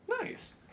Nice